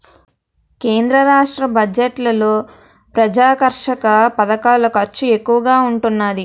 కేంద్ర రాష్ట్ర బడ్జెట్లలో ప్రజాకర్షక పధకాల ఖర్చు ఎక్కువగా ఉంటున్నాది